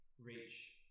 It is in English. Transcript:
reach